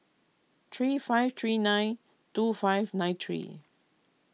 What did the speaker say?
three five three nine two five nine three